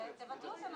הצבעה בעד,